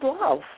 love